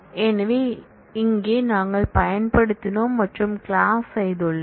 எனவே இங்கே நாங்கள் பயன்படுத்தினோம் மற்றும் கிளாஸ் செய்துள்ளோம்